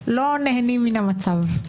לא נהנים מן המצב.